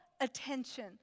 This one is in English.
attention